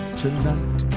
tonight